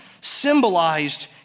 symbolized